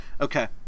Okay